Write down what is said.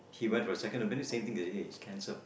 he went to the second opinions same thing it is cancer